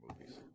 movies